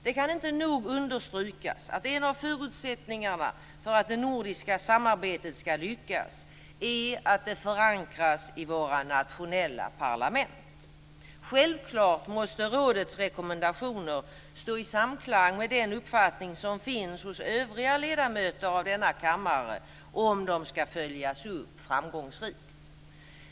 Det kan inte nog understrykas att en av förutsättningarna för att det nordiska samarbetet ska lyckas är att det förankras i våra nationella parlament. Självklart måste rådets rekommendationer stå i samklang med den uppfattning som finns hos övriga ledamöter av denna kammare, om de ska följas upp framgångsrikt.